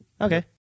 Okay